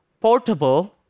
portable